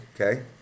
Okay